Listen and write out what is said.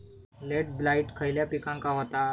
Late blight खयले पिकांका होता?